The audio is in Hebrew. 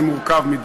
זה מורכב מדי.